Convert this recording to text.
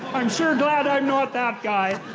i'm sure glad i'm not that guy.